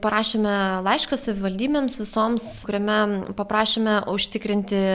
parašėme laišką savivaldybėms visoms kuriame paprašėme užtikrinti